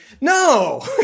No